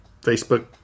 facebook